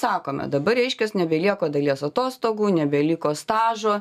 sakome dabar reiškias nebelieka dalies atostogų nebeliko stažo